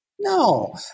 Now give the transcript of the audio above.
No